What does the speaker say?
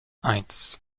eins